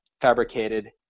fabricated